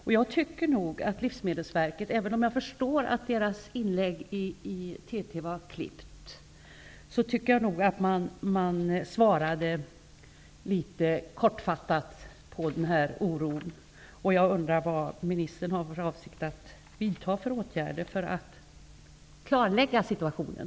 Även om jag förstår att Livsmedelsverkets inlägg i TT var klippt, så tycker jag nog att man svarade litet kortfattat på de frågor somgäller den här oron.